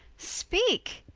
speake.